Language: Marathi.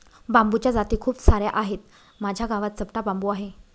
बांबूच्या जाती खूप सार्या आहेत, माझ्या गावात चपटा बांबू आहे